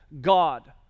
God